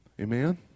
amen